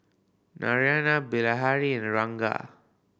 Naraina Bilahari and Ranga